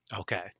Okay